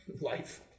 life